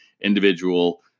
individual